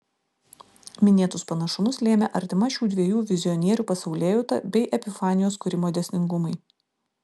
minėtus panašumus lėmė artima šių dviejų vizionierių pasaulėjauta bei epifanijos kūrimo dėsningumai